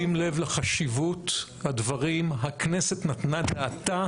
בשים לב לחשיבות הדברים, הכנסת נתנה דעתה,